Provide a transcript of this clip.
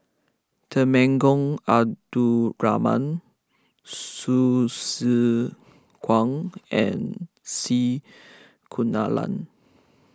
Temenggong Abdul Rahman Hsu Tse Kwang and C Kunalan